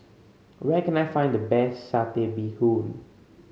where can I find the best Satay Bee Hoon